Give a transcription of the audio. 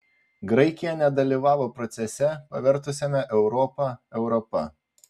graikija nedalyvavo procese pavertusiame europą europa